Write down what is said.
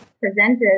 presented